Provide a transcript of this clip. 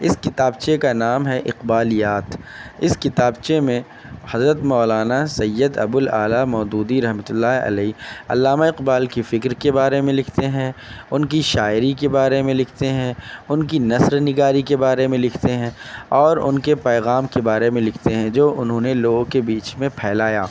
اس کتابچے کا نام ہے اقبالیات اس کتابچے میں حضرت مولانا سید ابوالاعلیٰ مودودی رحمتہ اللہ علیہ علامہ اقبال کی فکر کے بارے میں لکھتے ہیں ان کی شاعری کے بارے میں لکھتے ہیں ان کی نثرنگاری کے بارے میں لکھتے ہیں اور ان کے پیغام کے بارے میں لکھتے ہیں جو انھوں نے لوگوں کے بیچ میں پھیلایا